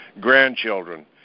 grandchildren